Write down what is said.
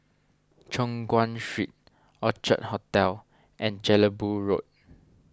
Choon Guan Street Orchard Hotel and Jelebu Road